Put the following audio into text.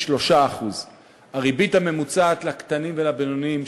3%; הריבית הממוצעת לקטנים ולבינוניים,